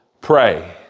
pray